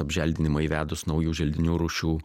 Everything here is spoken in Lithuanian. apželdinimą įvedus naujų želdinių rūšių